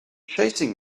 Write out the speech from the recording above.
chasing